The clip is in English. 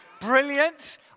Brilliant